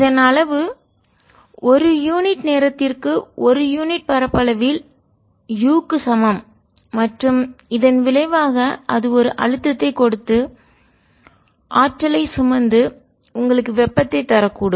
இது ஒரு யூனிட் நேரத்திற்கு ஒரு யூனிட் பரப்பளவில் u க்கு சமம் மற்றும் இதன் விளைவாக அது ஒரு அழுத்தத்தை கொடுத்து ஆற்றல் ஐ சுமந்து உங்களுக்கு வெப்பத்தைத் தரக்கூடும்